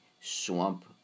swamp